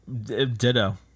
Ditto